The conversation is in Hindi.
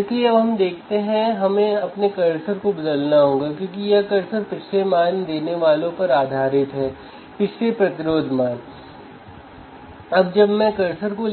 इसलिए यदि आप बफर के साथ एम्पलीफायर का उपयोग करते हैं तो इंस्ट्रूमेंटेशन एम्पलीफायर बन जाता है यदि आप इस विशेष सर्किट का उपयोग करते